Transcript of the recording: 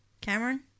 Cameron